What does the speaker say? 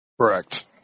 Correct